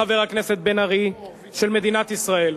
חבר הכנסת בן-ארי, של מדינת ישראל.